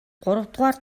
гуравдугаар